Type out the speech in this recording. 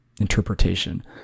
interpretation